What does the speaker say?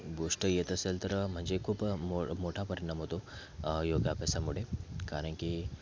गोष्ट येत असेल तर म्हणजे खूप मो मोठा परिणाम होतो योग अभ्यासामुळे कारण की